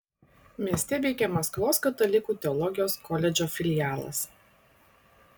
mieste veikia maskvos katalikų teologijos koledžo filialas